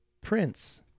Prince